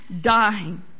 dying